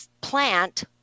plant